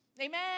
amen